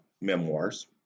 memoirs